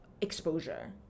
exposure